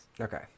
Okay